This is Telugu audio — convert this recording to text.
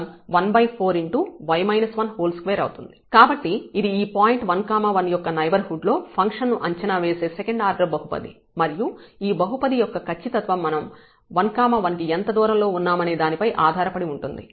కాబట్టి ఇది ఈ పాయింట్ 1 1 యొక్క నైబర్హుడ్ లో ఫంక్షన్ ను అంచనావేసే సెకండ్ ఆర్డర్ బహుపది మరియు ఈ బహుపది యొక్క ఖచ్చితత్వం మనం 1 1 కి ఎంత దూరంలో ఉన్నామనే దానిపై ఆధారపడి ఉంటుంది